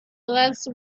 less